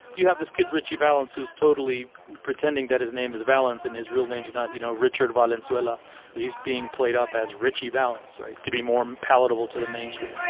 you have this kid ritchie valens who's totally pretending that his name is valens and his real name is not you know richard valenzuela he's being played up as ritchie valens right to be more palatable to the mainstream.